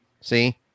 See